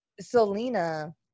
selena